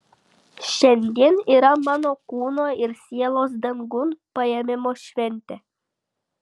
šiandien yra mano kūno ir sielos dangun paėmimo šventė